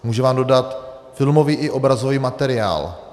Může vám dodat filmový i obrazový materiál.